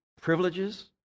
privileges